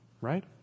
Right